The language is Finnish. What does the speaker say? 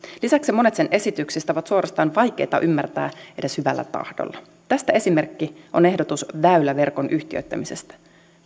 lisäksi monet sen esityksistä ovat suorastaan vaikeita ymmärtää edes hyvällä tahdolla tästä esimerkki on ehdotus väyläverkon yhtiöittämisestä